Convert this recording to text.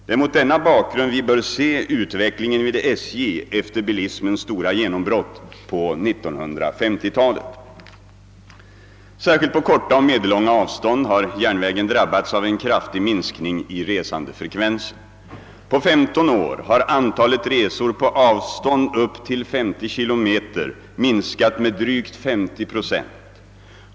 Det är mot denna bakgrund vi bör se utvecklingen vid SJ efter bilismens stora genombrott på 1950-talet. Särskilt på korta och medellånga avstånd har järnvägen drabbats av en kraftig minskning i resandefrekvensen. På 15 år har antalet resor på avstånd upp till 50 km minskat med drygt 50 procent.